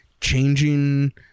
changing